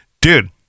dude